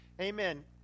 Amen